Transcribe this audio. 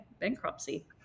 bankruptcy